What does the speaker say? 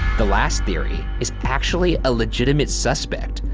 the last theory is actually a legitimate suspect.